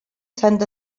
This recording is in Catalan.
sant